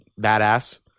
badass